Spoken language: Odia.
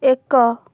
ଏକ